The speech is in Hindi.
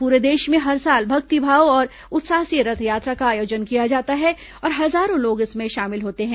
पूरे देश में हर साल भक्ति भाव और उत्साह से रथयात्रा का आयोजन किया जाता है और हजारों लोग इसमें शामिल होते हैं